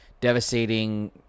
devastating